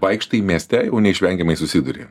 vaikštai mieste jau neišvengiamai susiduri